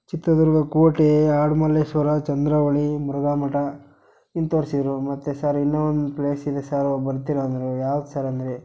ಚಿತ್ರದುರ್ಗ ಕೋಟೆ ಆಡು ಮಲ್ಲೇಶ್ವರ ಚಂದ್ರಹೊಳೆ ಮುರುಘಾ ಮಠ ಇದು ತೋರಿಸಿದ್ರು ಮತ್ತು ಸರ್ ಇನ್ನೂ ಒಂದು ಪ್ಲೇಸ್ ಇದೆ ಸರ್ ಬರ್ತೀರಾ ಅಂದರು ಯಾವ್ದು ಸರ್ ಅಂದ್ವಿ